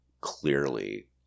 clearly